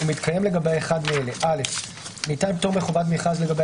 ומתקיים לגביה אחד מאלה: (א) ניתן פטור מחובת מכרז לגבי